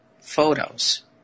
photos